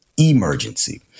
Emergency